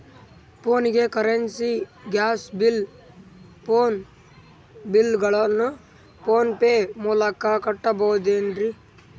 ಫೋನಿಗೆ currency, gas bill, phone bill ಗಳನ್ನು PhonePe ಮೂಲಕ ಕಟ್ಟಬಹುದೇನ್ರಿ?